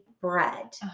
bread